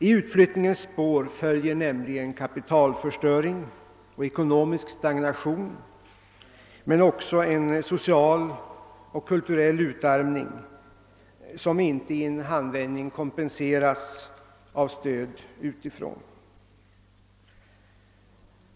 I utflyttningens spår följer nämligen kapitalförstöring och ekonomisk stagnation men också en social och kulturell utarmning, som inte i en handvändning kompenseras av stöd utifrån.